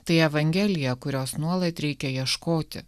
tai evangelija kurios nuolat reikia ieškoti